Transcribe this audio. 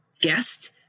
guest